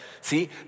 See